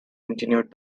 continued